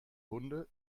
hunde